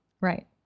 Right